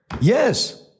Yes